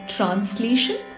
Translation